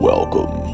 Welcome